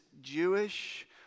Jewish